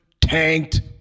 tanked